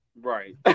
right